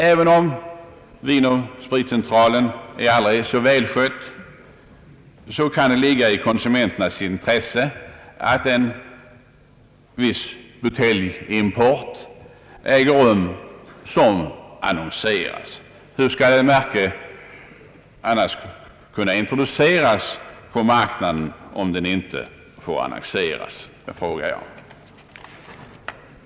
Även om Vinoch spritcentralen är aldrig så välskött, kan det ligga i konsumenternas intresse att en viss buteljimport äger rum och annonseras. Jag frågar: hur skall ett märke annars kunna introduceras på marknaden, om det inte får ske någon annonsering?